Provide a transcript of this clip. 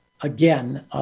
again